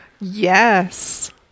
yes